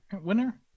winner